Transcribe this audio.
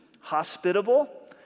Hospitable